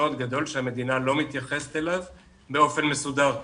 גדול שהמדינה לא מתייחסת אליו באופן מסודר.